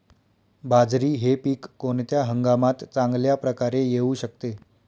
बाजरी हे पीक कोणत्या हंगामात चांगल्या प्रकारे येऊ शकते?